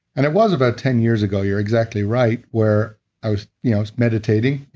and it was about ten years ago. you're exactly right where i was you know meditating,